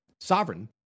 Sovereign